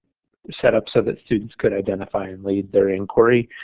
set up so that students could identify and lead their inquiry.